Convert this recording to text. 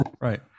right